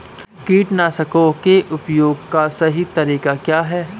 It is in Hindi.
कीटनाशकों के प्रयोग का सही तरीका क्या है?